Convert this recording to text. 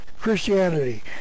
Christianity